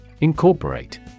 Incorporate